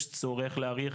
יש צורך להאריך.